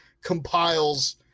compiles